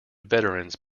veterans